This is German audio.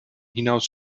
hinaus